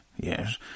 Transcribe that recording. Yes